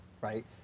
right